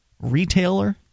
retailer